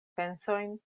pensojn